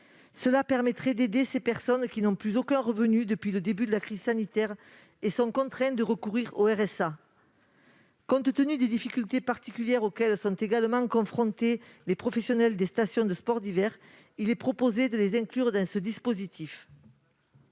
Cela permettrait d'aider ces personnes, qui n'ont plus aucun revenu depuis le début de la crise sanitaire et sont contraintes de recourir au revenu de solidarité active (RSA). Compte tenu des difficultés particulières auxquelles sont également confrontés les professionnels des stations de sports d'hiver, il est proposé de les inclure dans ce dispositif.